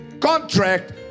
contract